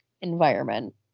environment